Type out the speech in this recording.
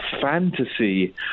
fantasy